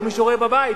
או מי שרואה בבית.